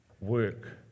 work